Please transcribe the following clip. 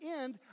end